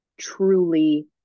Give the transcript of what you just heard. truly